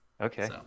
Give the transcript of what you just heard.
Okay